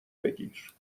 بگیر